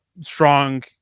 strong